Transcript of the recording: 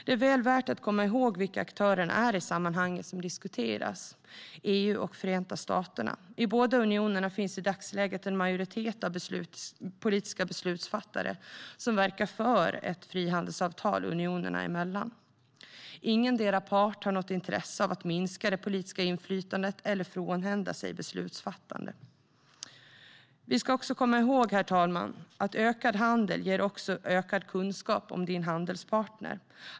Det är väl värt att komma ihåg vilka aktörerna är i sammanhanget som diskuteras, nämligen EU och Förenta staterna. I båda unionerna finns i dagsläget en majoritet av politiska beslutsfattare som verkar för ett frihandelsavtal unionerna emellan. Ingendera part har något intresse av att minska det politiska inflytandet eller frånhända sig beslutsfattande. Herr talman! Vi ska också komma ihåg att ökad handel också ger ökad kunskap om din handelspartner.